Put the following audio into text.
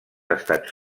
estats